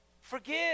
Forgive